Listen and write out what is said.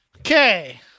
Okay